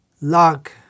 luck